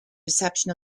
reception